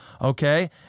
Okay